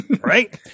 right